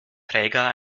träger